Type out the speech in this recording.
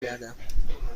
گردم